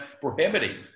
prohibiting